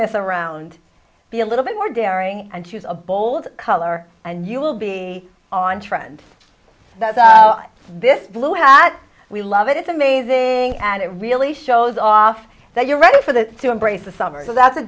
this around be a little bit more daring and choose a bold color and you will be on trend that this blue hat we love it is amazing and it really shows off that you're ready for the to embrace the summer so that's a